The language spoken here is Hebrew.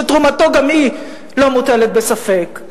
ותרומתו גם היא לא מוטלת ספק.